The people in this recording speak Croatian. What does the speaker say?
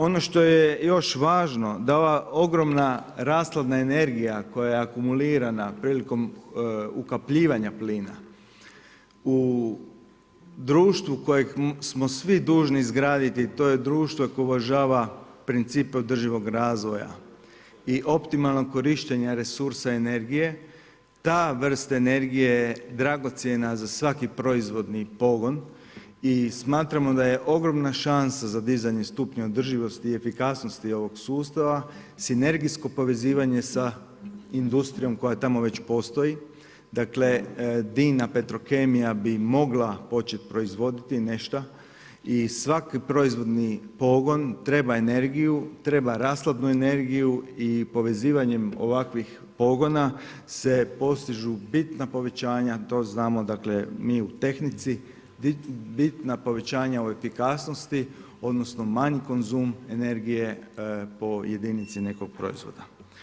Ono što je još važno da ova ogromna rashladna energija koja akumulirana prilikom ukapljivanja plina u društvu kojeg smo svi dužni izgraditi, to je društvo koje uvažava principe održivog razvoja i optimalnog korištenja resursa energije ta vrsta energije je dragocjena za svaki proizvodni pogon i smatramo da je ogromna šansa za dizanje stupnja održivosti i efikasnosti ovog sustava sinergijsko povezivanje sa industrijom koja već tamo postoji. dakle Dina Petrokemija bi mogla početi proizvoditi nešto i svaki proizvodni pogon treba energiju, treba rashladnu energiju i povezivanjem ovakvih pogona se postižu bitna povećanja, to znamo mi u tehnici, bitna povećanja u efikasnosti odnosno manji konzum energije po jedinici nekog proizvoda.